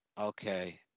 Okay